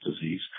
disease